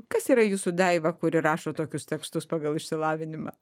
kas yra jūsų daiva kuri rašo tokius tekstus pagal išsilavinimą